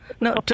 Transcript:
No